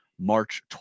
March